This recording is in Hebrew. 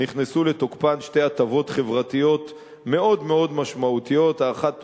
נכנסו לתוקפן שתי הטבות חברתיות מאוד מאוד משמעותיות: האחת,